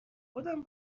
خودم